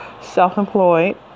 self-employed